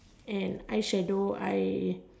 and eye shadow I